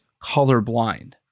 colorblind